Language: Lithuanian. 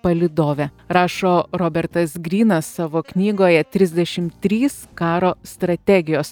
palydove rašo robertas grynas savo knygoje trisdešimt trys karo strategijos